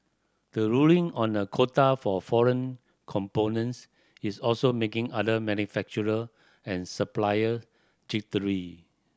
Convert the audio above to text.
the ruling on a quota for foreign components is also making other manufacturer and supplier jittery